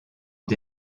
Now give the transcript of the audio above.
ont